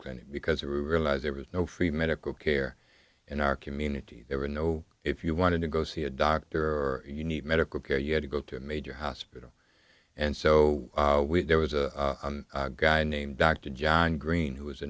clinic because a realize there was no free medical care in our community there were no if you wanted to go see a doctor or you need medical care you had to go to a major hospital and so there was a guy named dr john green who was a